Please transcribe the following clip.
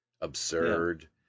absurd